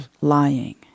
lying